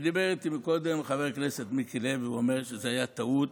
דיבר איתי קודם חבר הכנסת מיקי לוי והוא אמר שזה היה טעות,